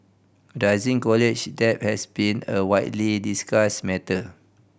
rising college debt has been a widely discussed matter